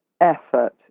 effort